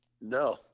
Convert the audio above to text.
No